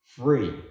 Free